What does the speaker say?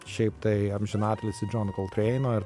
šiaip tai amžinatilsį džon koltreino ir